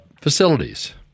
facilities